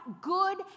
good